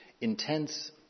intense